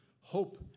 hope